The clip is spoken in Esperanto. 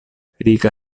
rika